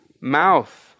mouth